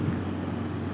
ج